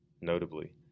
Notably